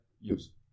use